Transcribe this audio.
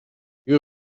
you